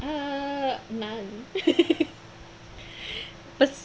mm non